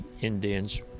indians